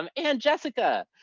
um and jessica.